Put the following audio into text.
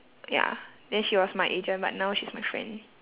ya then she was my agent but now she's my friend